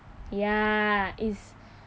ya it's